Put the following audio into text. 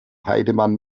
heidemann